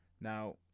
now